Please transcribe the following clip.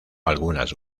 algunas